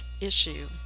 issue